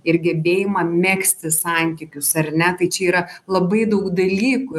ir gebėjimą megzti santykius ar ne tai čia yra labai daug dalykų